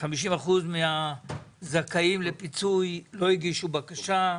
50% מהזכאים לפיצוי לא הגישו בקשה,